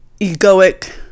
egoic